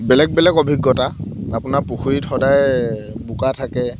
বেলেগ বেলেগ অভিজ্ঞতা আপোনাৰ পুখুৰীত সদায় বোকা থাকে